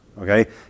Okay